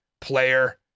player